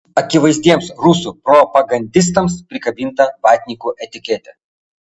akivaizdiems rusų propagandistams prikabinta vatnikų etiketė